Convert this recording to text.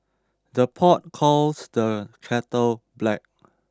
the pot calls the kettle black